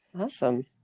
Awesome